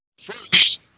first